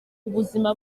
ubuzima